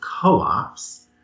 co-ops